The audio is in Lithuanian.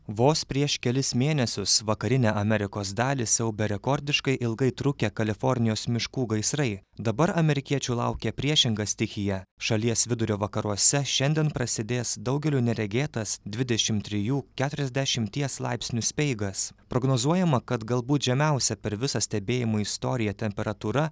vos prieš kelis mėnesius vakarinę amerikos dalį siaubė rekordiškai ilgai trukę kalifornijos miškų gaisrai dabar amerikiečių laukia priešinga stichija šalies vidurio vakaruose šiandien prasidės daugeliui neregėtas dvidešim trijų keturiasdešimies laipsnių speigas prognozuojama kad galbūt žemiausia per visą stebėjimų istoriją temperatūra